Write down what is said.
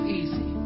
easy